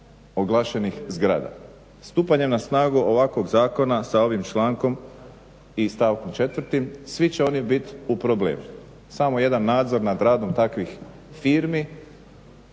oglašenih zgrada, stupanjem na snagu ovakvog zakona sa ovim člankom i stavkom četvrtim svi će oni bit u problemu samo jedan nadzor nad radom takvih firmi,